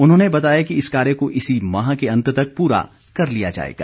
उन्होंने बताया कि इस कार्य को इसी माह के अंत तक प्रा कर लिया जाएगा